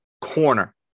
Corner